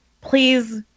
please